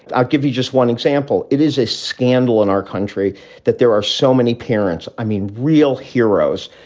i'll give you just one example. it is a scandal in our country that there are so many parents. i mean, real heroes.